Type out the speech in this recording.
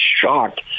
shocked